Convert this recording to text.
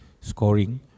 scoring